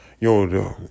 Yo